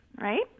Right